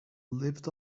lived